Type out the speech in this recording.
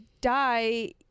die